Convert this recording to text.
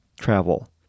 travel